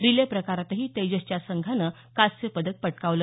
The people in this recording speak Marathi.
रिले प्रकारातही तेजसच्या संघानं कांस्य पदक पटकावलं